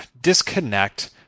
disconnect